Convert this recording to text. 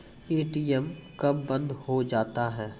ATM कब बंद हो जाता हैं?